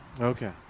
Okay